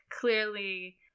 clearly